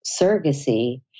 surrogacy